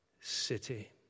city